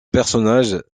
personnages